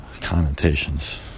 connotations